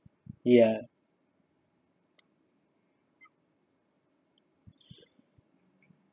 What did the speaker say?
ya